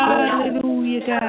Hallelujah